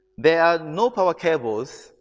there are no power cables,